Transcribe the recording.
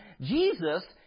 Jesus